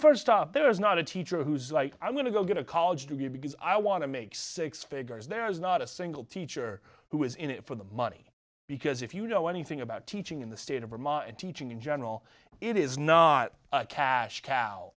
first up there is not a teacher who is like i'm going to go get a college degree because i want to make six figures there is not a single teacher who is in it for the money because if you know anything about teaching in the state of vermont and teaching in general it is not a cash